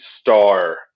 star